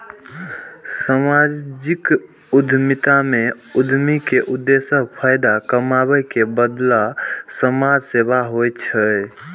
सामाजिक उद्यमिता मे उद्यमी के उद्देश्य फायदा कमाबै के बदला समाज सेवा होइ छै